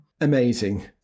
Amazing